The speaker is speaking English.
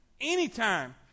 anytime